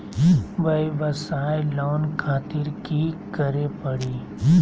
वयवसाय लोन खातिर की करे परी?